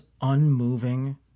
unmoving